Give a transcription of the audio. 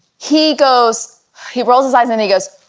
he goes he rolls his eyes and he goes